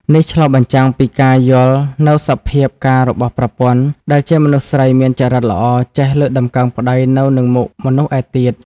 នេះឆ្លុះបញ្ចាំងពីការយល់នូវសភាពការរបស់ប្រពន្ធ ដែលជាមនុស្សស្រីមានចរិតល្អចេះលើកតម្កើងប្ដីនៅនឹងមុខមនុស្សឯទៀត។